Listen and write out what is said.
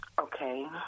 Okay